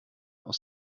aus